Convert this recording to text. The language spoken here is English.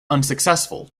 unsuccessful